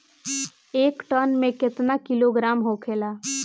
एक टन मे केतना किलोग्राम होखेला?